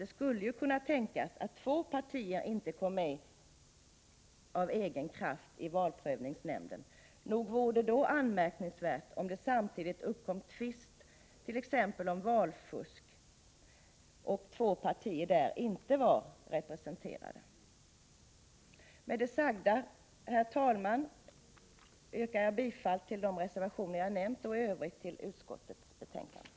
Det skulle kunna tänkas att två partier inte kom med av egen kraft i valprövningsnämnden, och det vore då anmärkningsvärt om det samtidigt uppkom en tvist om t.ex. valfusk. Med det sagda, herr talman, yrkar jag bifall till de reservationer som jag har nämnt och i övrigt till utskottets hemställan.